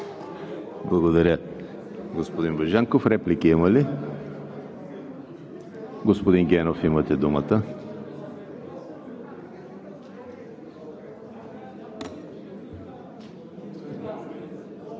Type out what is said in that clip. Благодаря, господин Божанков. Реплики има ли? Господин Генов, имате думата.